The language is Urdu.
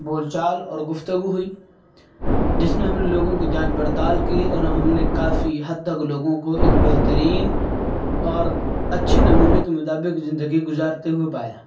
بول چال اور گفتگو ہوئی جس میں ہم لوگوں کی جانچ پڑتال کی اور ہم نے کافی حد تک لوگوں کو ایک بہترین اور اچھے نمونے کے مطابق زندگی گزارتے ہوئے پایا